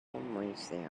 museum